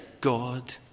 God